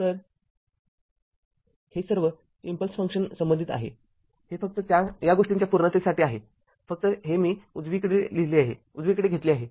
तर हे सर्व इम्पल्स फंक्शन संबंधित आहे हे फक्त या गोष्टीच्या पूर्णतेसाठी आहे फक्त हे मी उजवीकडे घेतले आहे